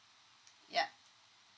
ya